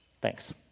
Thanks